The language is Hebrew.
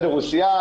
הוא שיאן